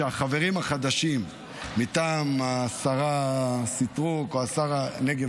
שהחברים החדשים מטעם השרה סטרוק או שר הנגב